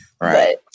right